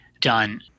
done